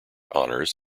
honors